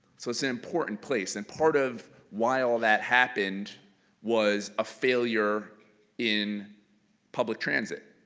so it's an important place, and part of why all that happened was a failure in public transit.